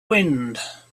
wind